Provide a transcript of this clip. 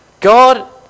God